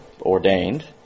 ordained